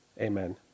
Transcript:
Amen